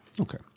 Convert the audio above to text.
Okay